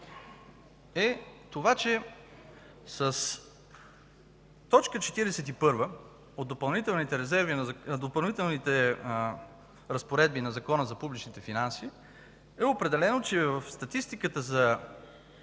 е това, че с точка 41 от Допълнителните разпоредби на Закона за публичните финанси е определено, че в статистиката за